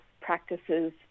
practices